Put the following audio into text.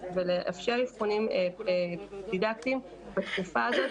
ולאפשר אבחונים דידקטיים בתקופה הזאת.